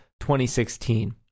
2016